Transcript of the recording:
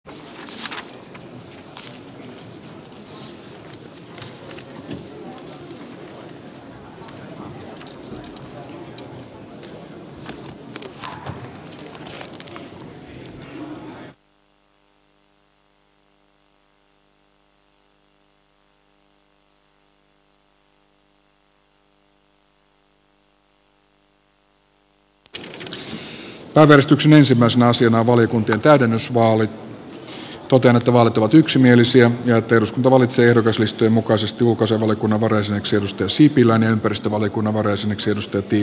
aikaistuksen ensimmäisenä asiana valiokuntien käytännön totean että vaalit ovat yksimielisiä ja että eduskunta valitsee ehdokaslistojen mukaisesti ulkoasiainvaliokunnan varajäseneksi juha sipilän ja ympäristövaliokunnan varajäseneksi kimmo tiilikaisen